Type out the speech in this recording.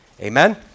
Amen